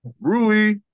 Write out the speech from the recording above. Rui